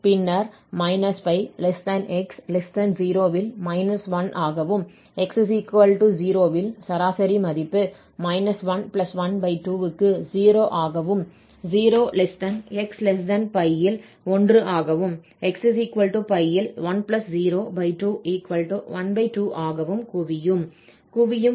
பின்னர் −π x 0 இல் −1 ஆகவும் x 0 இல் சராசரி மதிப்பு 112 க்கு 0 ஆகவும் 0x π இல் 1 ஆகவும் xπ இல் 10212 ஆகவும் குவியும்